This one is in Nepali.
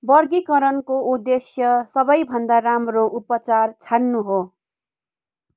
वर्गीकरणको उद्देश्य सबैभन्दा राम्रो उपचार छान्नु हो